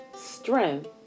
Strength